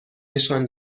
نشان